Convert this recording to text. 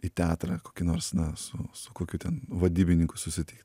į teatrą kokį nors na su su kokiu ten vadybininku susitikt